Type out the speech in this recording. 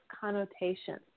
connotations